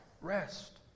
rest